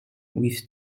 with